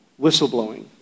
whistleblowing